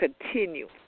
continue